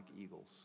eagles